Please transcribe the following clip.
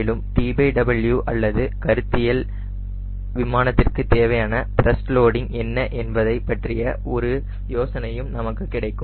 மேலும் TW அல்லது கருத்தியல் விமானத்திற்கு தேவையான த்ரஸ்ட் லோடிங் என்ன என்பதைப்பற்றிய ஒரு யோசனையும் நமக்கு கிடைக்கும்